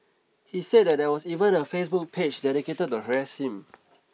he said that there was even a Facebook page dedicated to harass him